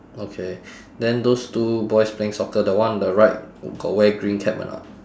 okay then those two boys playing soccer the one on the right got wear green cap or not